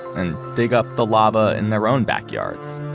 and dig up the lava in their own backyards.